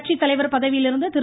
கட்சித்தலைவர் பதவியிலிருந்து திரு